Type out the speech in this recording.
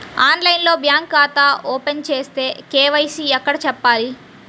ఆన్లైన్లో బ్యాంకు ఖాతా ఓపెన్ చేస్తే, కే.వై.సి ఎక్కడ చెప్పాలి?